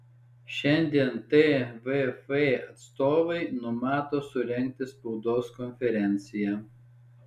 šiandien tvf atstovai numato surengti spaudos konferenciją